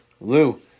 Lou